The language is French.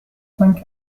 cinq